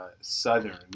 Southern